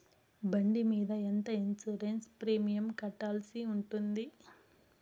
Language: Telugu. బండి మీద ఎంత ఇన్సూరెన్సు ప్రీమియం కట్టాల్సి ఉంటుంది?